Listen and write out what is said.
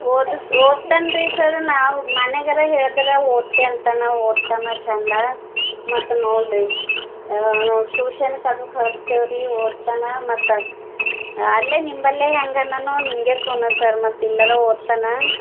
ಓದಸ ಓದ್ತಾನರಿ ಸರ್ ನಾವು ಮನೆಗಾರು ಹೇಳಿದ್ರ ಓದ್ತೆ ಅಂತಾನೆ ಓದ್ತಾನೆ ಚಂದ ಮತ್ತು ನೋಡಿರಿ ಟ್ಯೂಶನ್ಗಾದರು ಕಳಸ್ತೇವೆ ರಿ ಓದ್ತಾನೆ ಮತ್ತು ಅಲ್ಲೇ ನಿಮ್ಮಲ್ಲೆ ಹೇಗನನೊ ನಿಮಗೇಖೂನು ಸರ್ ಮತ್ತು ಇಲ್ಲಾರು ಓದ್ತಾನೆ